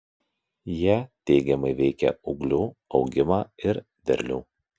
jie teigiamai veikia ūglių augimą ir derlių